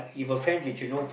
I can share